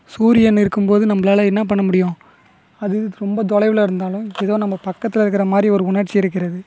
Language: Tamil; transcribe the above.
சூரியன் இருக்கும் போது நம்மளால என்ன பண்ண முடியும் அது ரொம்ப தொலைவில் இருந்தாலும் ஏதோ நம்ம பக்கத்தில் இருக்கின்ற மாதிரி ஒரு உணர்ச்சி இருக்கின்றது